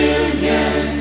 union